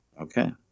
Okay